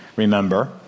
remember